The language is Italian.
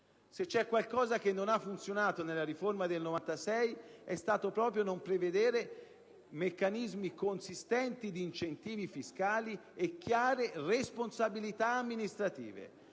Se c'è qualcosa che non ha funzionato nella riforma del '96 è stato proprio non prevedere meccanismi consistenti di incentivi fiscali e chiare responsabilità amministrative.